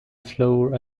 floor